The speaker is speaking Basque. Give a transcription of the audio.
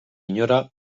inora